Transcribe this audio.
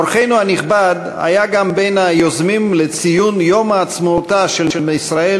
אורחנו הנכבד היה גם בין היוזמים לציון יום עצמאותה של ישראל,